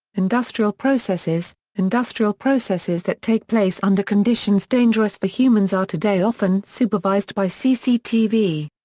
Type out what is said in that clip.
industrial processes industrial processes that take place under conditions dangerous for humans are today often supervised by cctv.